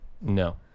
No